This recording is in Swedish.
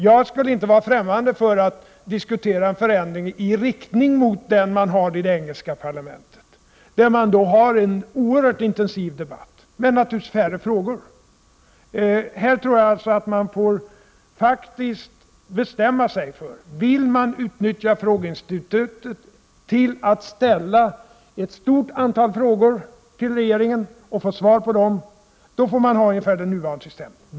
Jag skulle inte vara främmande för att diskutera en förändring i riktning mot den modell man har i det engelska parlamentet, där man har en oerhört intensiv debatt, men naturligtvis med färre frågor. Man får bestämma sig för om man vill utnyttja frågeinstitutet till att ställa ett stort antal frågor till regeringen och få svar på dem. Då får man ha ungefär det nuvarande systemet.